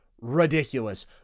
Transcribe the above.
Ridiculous